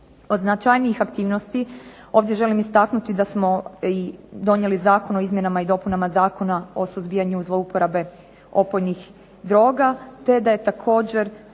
Od značajnijih aktivnosti ovdje želim istaknuti da smo donijeli Zakon o izmjenama i dopunama Zakona o suzbijanju zlouporabe opojnih droga, te da je također